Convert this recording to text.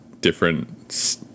different